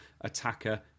attacker